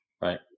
Right